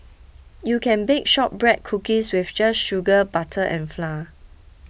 you can bake Shortbread Cookies just with sugar butter and flour